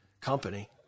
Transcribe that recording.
company